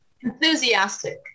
Enthusiastic